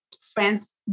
friends